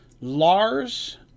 Lars